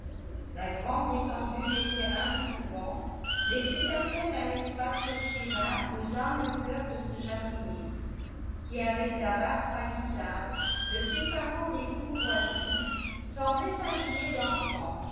la grande étendue des terrains du couvent laissait à peine un espace respirable aux humbles fleurs de ce jardinet qui avec la basse palissade le séparant des cours voisines semblait un jouet d'enfant